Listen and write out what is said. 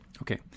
Okay